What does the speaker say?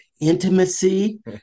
intimacy